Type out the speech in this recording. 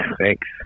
Thanks